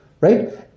right